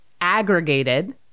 aggregated